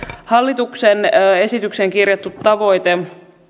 hallituksen esitykseen kirjattu tavoite